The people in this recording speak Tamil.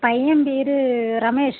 பையன் பேர் ரமேஷ்